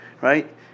right